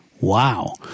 Wow